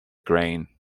grain